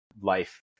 life